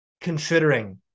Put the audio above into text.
considering